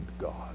God